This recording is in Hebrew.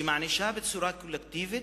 שמענישה בצורה קולקטיבית,